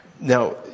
Now